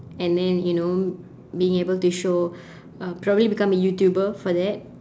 and then you know being able to show uh probably become a youtuber for that